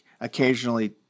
occasionally